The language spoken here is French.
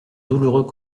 douloureux